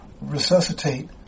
resuscitate